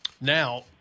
Now